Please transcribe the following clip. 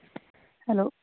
hello